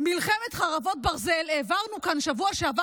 מלחמת חרבות ברזל העברנו כאן בשבוע שעבר